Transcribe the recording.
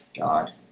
God